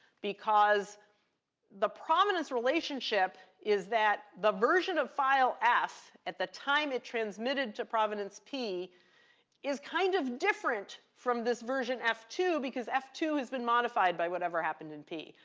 because the provenance relationship is that the version of file f at the time it transmitted to provenance p is kind of different from this version f two, because f two has been modified by whatever happened in p.